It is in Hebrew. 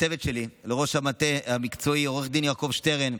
לצוות שלי, לראש המטה המקצועי עו"ד יעקב שטרן,